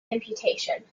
amputation